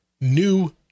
new